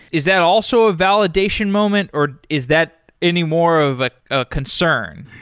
is that also a validation moment or is that anymore of ah a concern?